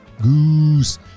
Goose